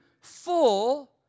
full